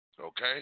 Okay